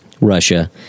Russia